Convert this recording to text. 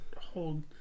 hold